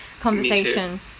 conversation